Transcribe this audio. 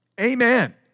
Amen